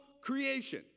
creation